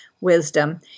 wisdom